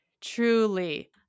truly